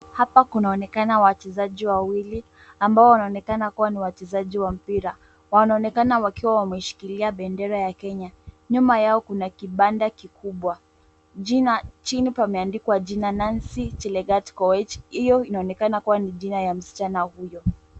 Hapa kunaonekana wachezaji wawili ambao wanaonekana kuwa ni wachezaji wa mpira. Wanaonekana wakiwa wameshikilia bendera ya Kenya. Nyuma yao kuna kibanda kikubwa. Jina, chini pameandikwa jina Nancy Chilegat Coach. Hiyo inaonekana kuwa ni jina ya msichana huyo.